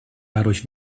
dadurch